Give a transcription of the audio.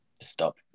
Stop